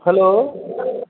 hello